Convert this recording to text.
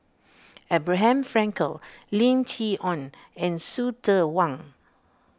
Abraham Frankel Lim Chee Onn and Hsu Tse Kwang